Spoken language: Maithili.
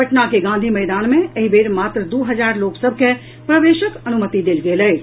पटना के गांधी मैदान मे एहि बेर मात्र दू हजार लोक सभ के प्रवेशक अनुमति देल गेल अछि